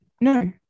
No